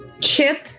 Chip